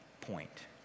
point